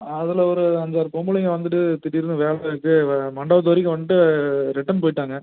அதில் ஒரு அஞ்சாறு பொம்பளைங்க வந்துட்டு திடீர்னு வேலை இருக்குது மண்டபத்து வரைக்கும் வந்துவிட்டு ரிட்டன் போய்ட்டாங்க